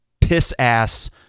piss-ass